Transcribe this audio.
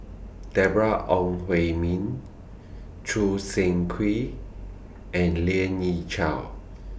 Deborah Ong Hui Min Choo Seng Quee and Lien Ying Chow